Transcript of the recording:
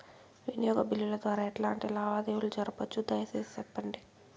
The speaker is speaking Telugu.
వినియోగ బిల్లుల ద్వారా ఎట్లాంటి లావాదేవీలు జరపొచ్చు, దయసేసి సెప్పండి?